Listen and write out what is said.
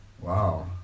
Wow